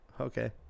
Okay